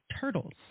turtles